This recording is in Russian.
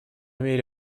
мере